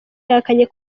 yahakanye